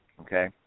Okay